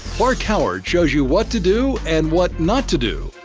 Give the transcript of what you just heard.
mark howard shows you what to do and what not to do.